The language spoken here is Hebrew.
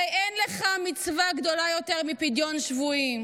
הרי אין לך מצווה גדולה יותר מפדיון שבויים,